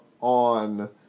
on